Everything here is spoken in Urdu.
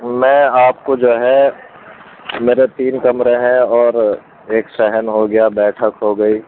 میں آپ کو جو ہے میرے تین کمرے ہیں اور ایک سحن ہو گیا بیٹھک ہو گئی